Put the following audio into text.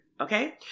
Okay